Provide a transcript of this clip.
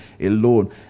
alone